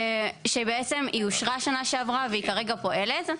שבעצם אושרה שנה שעברה והיא כרגע פועלת.